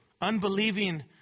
unbelieving